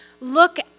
look